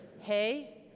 hey